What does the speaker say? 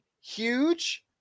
huge